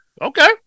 Okay